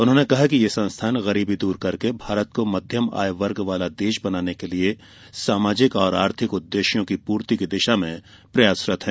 उन्होंने कहा कि ये संस्थान गरीबी दूर करके भारत को मध्यम आय वर्ग वाला देश बनने के लिए सामाजिक और आर्थिक उद्देश्यों की पूर्ति की दिशा में प्रयासरत है